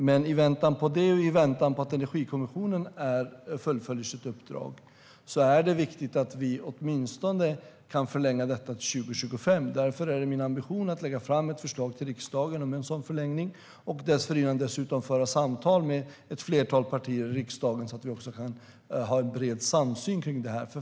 Men i väntan på den och i väntan på att Energikommissionen fullföljer sitt uppdrag är det viktigt att vi åtminstone kan förlänga detta till 2025. Därför är det min ambition att lägga fram ett förslag till riksdagen om en sådan förlängning och dessförinnan föra samtal med ett flertal partier i riksdagen så att vi också kan ha en bred samsyn på det här.